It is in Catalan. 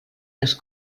les